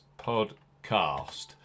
podcast